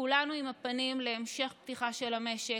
כולנו עם הפנים להמשך פתיחה של המשק.